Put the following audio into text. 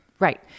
Right